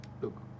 Look